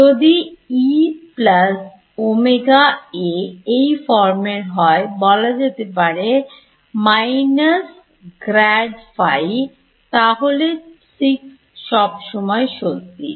যদি E plus omega এ এই ফরমের হয় বলা যেতে পারে মাইনাস গ্রেড ফি তাহলে 6 সব সময় সত্যি